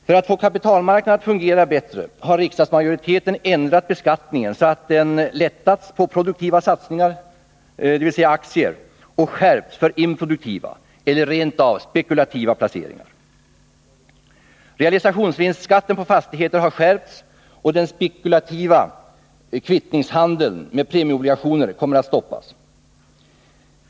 För att få kapitalmarknaden att fungera bättre har riksdagsmajoriteten ändrat beskattningen så att den lättats för produktiva satsningar, dvs. aktier, och skärpts för improduktiva eller rent av spekulativa placeringar. Realisationsvinstskatten på fastigheter har skärpts, och den spekulativa kvittningshandeln med premieobligationer kommer att stoppas.